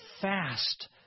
fast